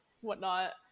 whatnot